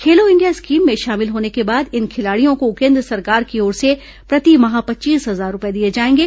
खेलो India scheme में शामिल होने के बाद इन खिलाड़ियों को केन्द्र सरकार की ओर से प्रतिमाह पच्चीस हजार रूपये दिए जाएंगे